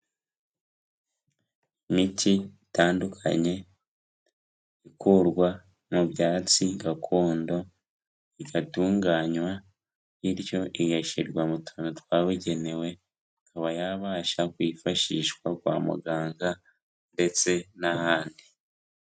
Imiti itandukanye ikurwa mu byatsi gakondo, igatunganywa bityo igashyirwa mu tuntu twabugenewe, ikaba yabasha kwifashishwa kwa muganga ndetse n'ahandi.